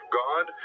god